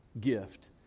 gift